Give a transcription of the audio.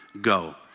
go